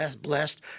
blessed